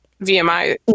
VMI